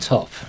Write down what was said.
Top